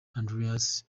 andreas